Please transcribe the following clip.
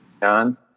John